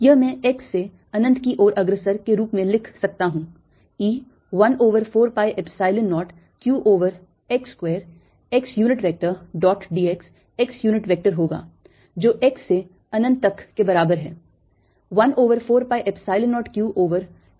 यह मैं x से अनंत की ओर अग्रसर के रूप में लिख सकता हूं E 1 over 4 pi epsilon 0 q over x square x unit vector dot dx x unit vector होगा जो x से अनंत तक के बराबर है 1 over 4 pi epsilon 0 q over x square dx